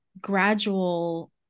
gradual